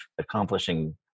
accomplishing